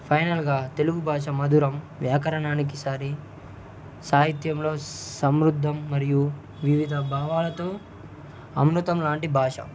ఫైనల్గా తెలుగు భాష మధురం వ్యాకరణానికి సరి సాహిత్యంలో సమృద్ధం మరియు వివిధ భావాలతో అమృతంలాంటి భాష